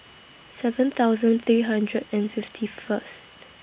seven thousand three hundred and fifty First